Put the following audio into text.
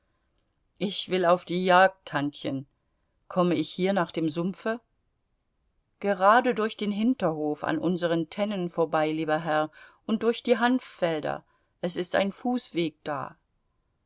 ich will auf die jagd tantchen komme ich hier nach dem sumpfe gerade durch den hinterhof an unseren tennen vorbei lieber herr und durch die hanffelder es ist ein fußweg da